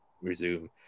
resume